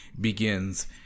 begins